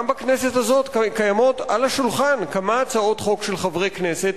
גם בכנסת הזאת קיימות על השולחן כמה הצעות חוק של חברי כנסת,